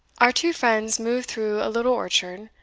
our two friends moved through a little orchard,